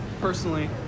personally